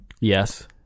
Yes